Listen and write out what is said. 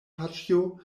paĉjo